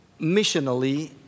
missionally